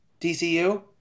DCU